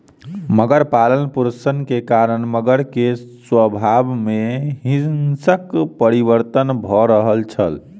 मगर पालनपोषण के कारण मगर के स्वभाव में हिंसक परिवर्तन भ रहल छल